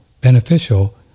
beneficial